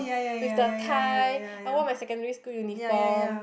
with the tie I wore my secondary school uniform